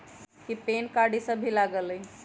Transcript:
कि PAN card इ सब भी लगेगा वो में?